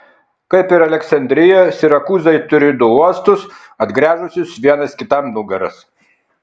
kaip ir aleksandrija sirakūzai turi du uostus atgręžusius vienas kitam nugaras